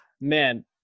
man